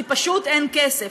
כי פשוט אין כסף,